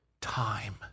time